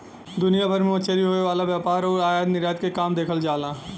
दुनिया भर में मछरी के होये वाला व्यापार आउर आयात निर्यात के काम देखल जाला